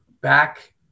back